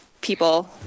people